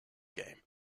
game